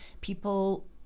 People